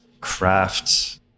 craft